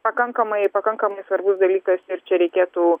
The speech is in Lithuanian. pakankamai pakankamai svarbus dalykas ir čia reikėtų